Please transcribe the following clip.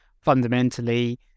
fundamentally